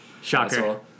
Shocker